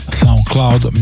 soundcloud